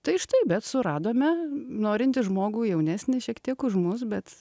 tai štai bet suradome norintį žmogų jaunesnį šiek tiek už mus bet